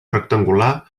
rectangular